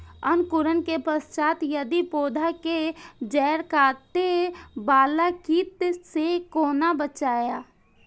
अंकुरण के पश्चात यदि पोधा के जैड़ काटे बाला कीट से कोना बचाया?